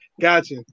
Gotcha